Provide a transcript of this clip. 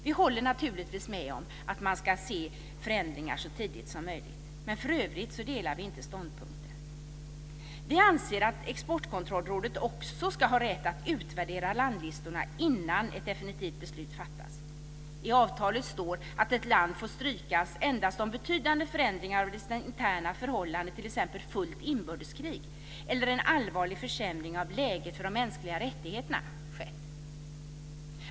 Vi håller naturligtvis med om att man ska se förändringar så tidigt som möjligt. Men för övrigt delar vi inte ståndpunkten. Vi anser att Exportkontrollrådet också ska ha rätt att utvärdera landlistorna innan ett definitivt beslut fattas. I avtalet står att ett land får strykas endast om betydande förändringar av dess interna förhållanden, t.ex. fullt inbördeskrig eller en allvarlig försämring av läget för de mänskliga rättigheterna, skett.